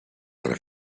tre